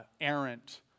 errant